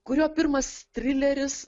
kurio pirmas trileris